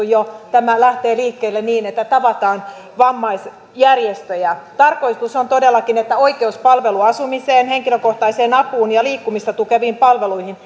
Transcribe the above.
jo odotettu lähtee liikkeelle niin että tavataan vammaisjärjestöjä tarkoitus on todellakin että oikeus palveluasumiseen henkilökohtaiseen apuun ja liikkumista tukeviin palveluihin